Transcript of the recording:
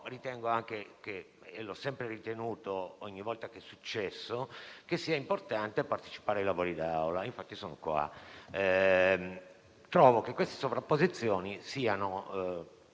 Ritengo anche - l'ho sempre creduto ogni volta che è accaduto - che sia importante partecipare ai lavori di Assemblea e, infatti, sono qua. Trovo che queste sovrapposizioni siano